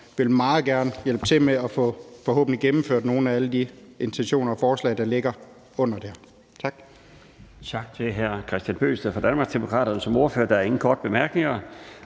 vil meget gerne hjælpe til med forhåbentlig at få gennemført nogle af alle de intentioner og forslag, der ligger under det. Tak.